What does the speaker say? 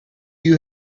you